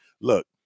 look